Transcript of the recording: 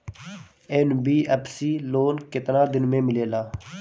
NBFC loan केतना दिन मे मिलेला?